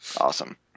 Awesome